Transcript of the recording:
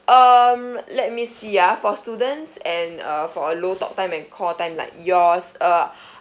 um let me see ah for students and uh for a low talk time and call time like yours uh